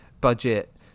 budget